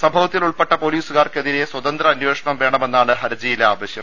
സംഭവത്തിൽ ഉൾപ്പെട്ട പൊലീസുകാർക്കെതിരെ സ്വതന്ത്ര അന്വേഷണം വേണമെന്നാണ് ഹർജിയിലെ ആവശ്യം